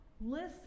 Listen